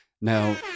Now